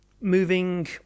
moving